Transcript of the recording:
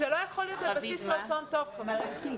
זה לא יכול להיות על בסיס רצון טוב, חברים.